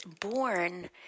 born